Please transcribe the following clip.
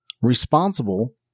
responsible